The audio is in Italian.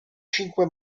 cinque